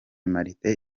martin